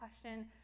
question